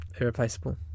irreplaceable